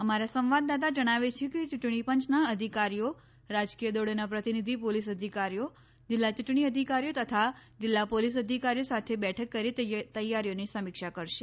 અમારા સંવાદદાતા જણાવે છે કે ચૂંટણી પંચના અધિકારીઓ રાજકીય દળોના પ્રતિનિધિ પોલીસ અધિકારીઓ જિલ્લા યૂંટણી અધિકારીઓ તથા જિલ્લા પોલીસ અધિકારીઓ સાથે બેઠક કરી તૈયારીઓની સમીક્ષા કરશે